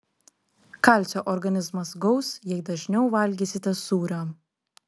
kalcio organizmas gaus jei dažniau valgysite sūrio